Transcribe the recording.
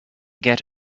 get